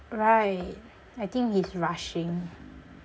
right I think he's rushing